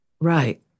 Right